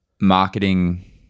marketing